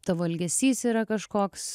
tavo elgesys yra kažkoks